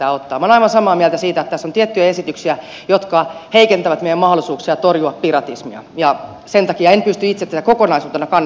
minä olen aivan samaa mieltä siitä että tässä on tiettyjä esityksiä jotka heikentävät meidän mahdollisuuksia torjua piratismia ja sen takia en pysty itse tätä kokonaisuutena kannattamaan